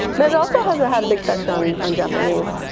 but and also has ah had a big effect on on japanese.